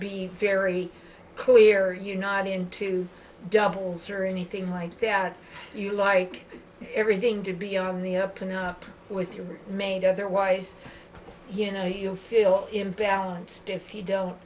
be very clear you're not into doubles or anything like that you like everything to be on the up and up with your mate otherwise you know you feel imbalanced if you don't